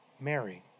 Mary